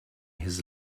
his